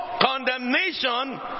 condemnation